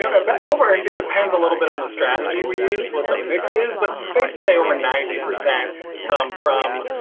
ah but over and it depends a little bit on the strategy. we use what the mix is but safe to say over ninety percent come from.